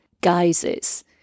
guises